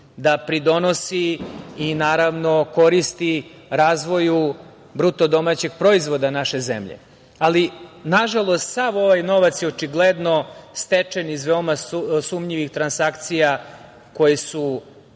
da pridonosi i naravno koristi razvoju BDP-a naše zemlje, ali nažalost sav ovaj novac je očigledno stečen iz veoma sumnjivih transakcija kojima su